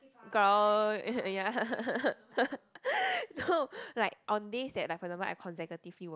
girl ya no like on these like for example I consecutively work